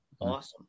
Awesome